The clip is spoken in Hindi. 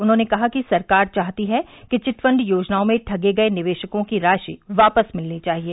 उन्होंने कहा कि सरकार चाहती है कि चिट फंड योजनाओं में ठगे गये निवेशकों की राशि वापस मिलनी चाहिए